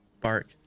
Bark